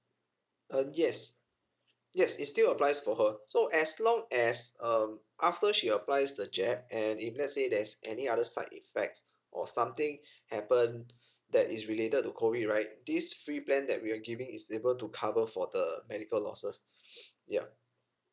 uh yes yes it's still applies for her so as long as um after she applies the jab and if let's say there's any other side effects or something happen that is related to COVID right this free plan that we're giving is able to cover for the medical losses ya